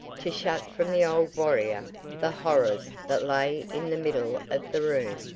to shut from the old warrior the horrors that lay in the middle of the room.